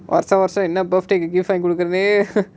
வருஷ வருஷம்:varusha varusham birthday போகுதுன்னே:poguthunae